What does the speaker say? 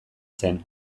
zen